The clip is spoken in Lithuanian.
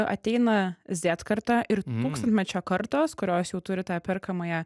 ateina zet karta ir tūkstantmečio kartos kurios jau turi tą perkamąją